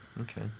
Okay